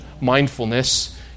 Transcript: mindfulness